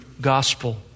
gospel